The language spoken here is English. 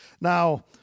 Now